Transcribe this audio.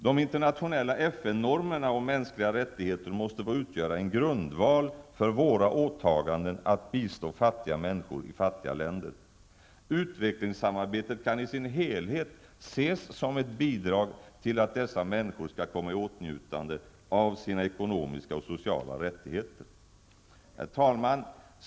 De internationella FN-normerna om mänskliga rättigheter måste få utgöra en grundval för våra åtaganden att bistå fattiga människor i fattiga länder. Utvecklingssamarbetet kan i sin helhet ses som ett bidrag till att dessa människor skall komma i åtnjutande av sina ekonomiska och sociala rättigheter. Herr talman!